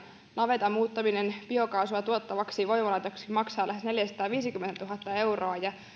navetan muuttaminen biokaasua tuottavaksi voimalaitokseksi maksaa lähes neljäsataaviisikymmentätuhatta euroa ja se